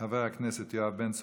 חבר הכנסת יואב בן צור,